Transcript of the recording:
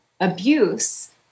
abuse